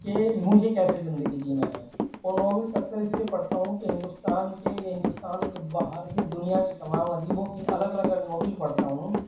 کہ مجھے کیسے زندگی جینا ہے اور ناولس اکثر اس لیے پڑھتا ہوں کہ ہندوستان کے یا ہندوستان کے باہر کی دنیا کے تمام ادیبوں کی الگ الگ اگر ناول پڑھتا ہوں